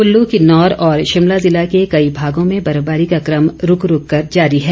कुल्लू किन्नौर और शिमला ज़िला के कई भागों में बर्फबारी का क्रम रूक रूक कर जारी है